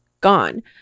gone